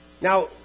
Now